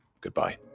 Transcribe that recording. Goodbye